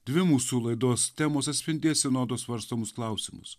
dvi mūsų laidos temos atspindės sinodo svarstomus klausimus